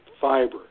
Fiber